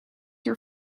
your